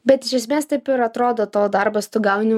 bet iš esmės taip ir atrodo tavo darbas tu gauni